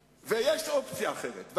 זאת התחושה שחוזרת כל פעם מחדש,